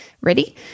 ready